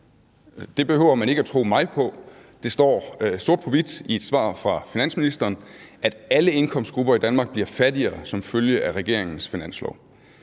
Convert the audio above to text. Det behøver man ikke at tro mig på, når jeg siger det, men det står sort på hvidt i et svar fra finansministeren, at alle indkomstgrupper i Danmark bliver fattigere som følge af regeringens finanslov.